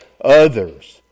others